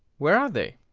where are they?